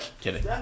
kidding